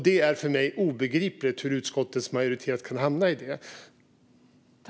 Det är för mig obegripligt hur utskottsmajoriteten kan hamna i den ståndpunkten.